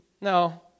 no